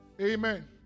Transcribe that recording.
Amen